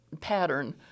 pattern